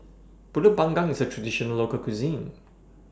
Pulut Panggang IS A Traditional Local Cuisine